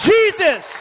Jesus